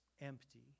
empty